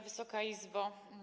Wysoka Izbo!